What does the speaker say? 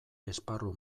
esparru